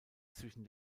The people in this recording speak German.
zwischen